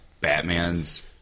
batman's